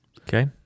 Okay